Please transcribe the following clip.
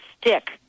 stick